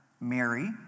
Mary